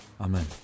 Amen